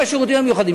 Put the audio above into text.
עם השירותים החברתיים,